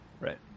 Right